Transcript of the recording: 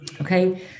okay